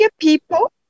people